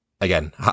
again